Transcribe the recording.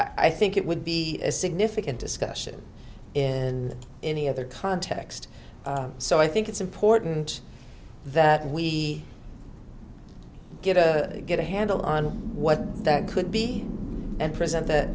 i think it would be a significant discussion in any other context so i think it's important that we get a get a handle on what that could be and present th